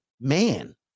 man